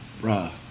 Bruh